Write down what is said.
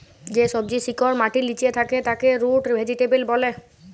যে সবজির শিকড় মাটির লিচে থাক্যে তাকে রুট ভেজিটেবল ব্যলে